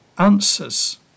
answers